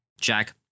Jack